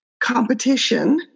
competition